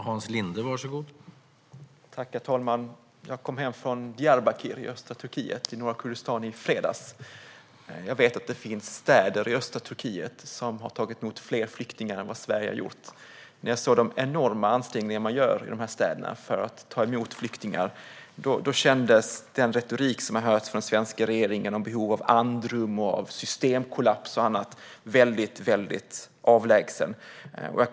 Herr talman! Jag kom i fredags hem från Diyarbakır, som ligger i östra Turkiet och norra Kurdistan. Jag vet att det finns städer i östra Turkiet som har tagit emot fler flyktingar än vad Sverige har gjort. När jag såg de enorma ansträngningar man gör i de här städerna för att ta emot flyktingar kändes den retorik man hört från svenska regeringen om systemkollaps, behov av andrum och annat väldigt avlägsen.